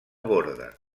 borda